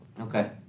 Okay